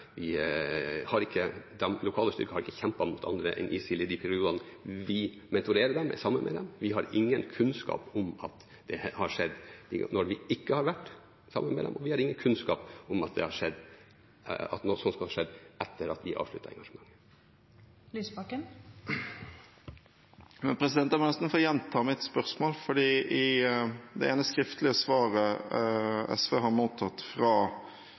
Vi har sagt at de lokale styrkene har ikke kjempet mot andre enn ISIL i de periodene vi har mentorert dem og vært sammen med dem. Vi har ingen kunnskap om at det har skjedd når vi ikke har vært sammen med dem, og vi har ingen kunnskap om at noe sånt skal ha skjedd etter at vi avsluttet engasjementet. Da må jeg nesten få gjenta mitt spørsmål, for i det ene skriftlige svaret som SV har mottatt fra